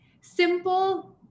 simple